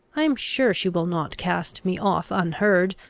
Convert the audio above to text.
i am sure she will not cast me off unheard,